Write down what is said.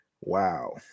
Wow